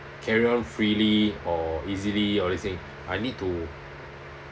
carry on freely or easily all these thing I need to